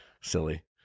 silly